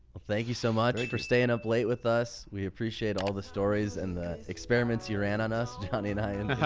well, thank you so much for staying up late with us. we appreciate all the stories and the experiments you ran on us, johnny and i, and